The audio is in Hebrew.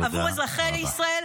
בעבור אזרחי ישראל,